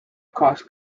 cost